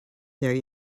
there